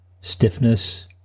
stiffness